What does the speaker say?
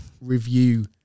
review